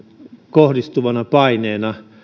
kohdistuvana paineena